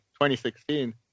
2016